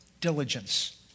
diligence